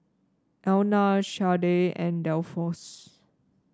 Elna Shardae and Dolphus